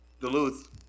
Duluth